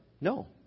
No